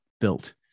built